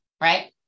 right